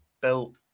built